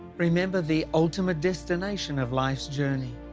remember the ultimate destination of life's journey.